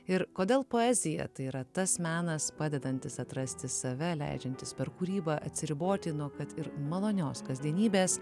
ir kodėl poezija tai yra tas menas padedantis atrasti save leidžiantis per kūrybą atsiriboti nuo kad ir malonios kasdienybės